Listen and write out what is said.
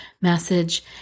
message